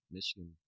Michigan